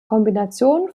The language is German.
kombination